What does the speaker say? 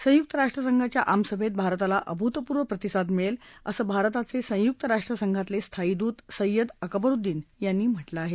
संयुक्त राष्ट्रसंघाच्या आमसभेत भारताला अभूतपूर्व प्रतिसाद मिळेल असं भारताचे संयुक्त राष्ट्रसंघातले स्थायी दूत सैय्यद अकबरुद्दीन यांनी म्हटलं आहे